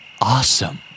awesome